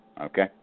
okay